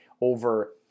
over